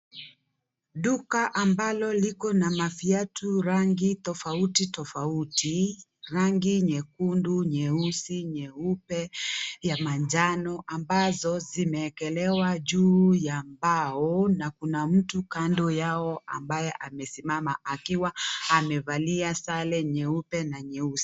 Duka ambalo liko na maviatu rangi tofauti tofauti; rangi nyekundu, nyeusi, nyeupe na manjano ambazo zimeekelewa juu ya mbao na kuna mtu kando yao ambaye amesimama akiwa amevalia sare nyeupe na nyeusi.